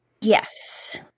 yes